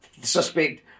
suspect